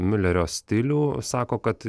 miulerio stilių sako kad